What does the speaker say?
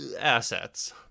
assets